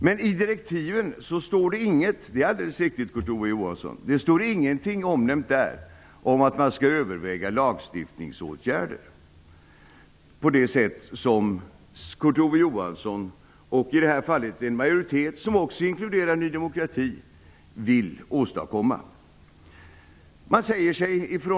Men i direktiven står det ingenting -- det är alldeles riktigt, Kurt Ove Johansson -- om att man skall överväga lagstiftningsåtgärder på det sätt som Kurt Ove Johansson och i detta fall en majoritet, som också inkluderar Ny demokrati, vill åstadkomma.